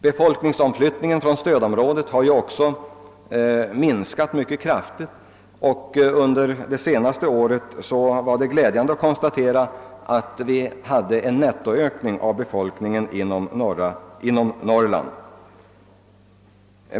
Befolkningsomflyttningen har också minskat mycket kraftigt och det var glädjande att konstatera att det under det senaste året blev en nettoökning av befolkningen i Norrland.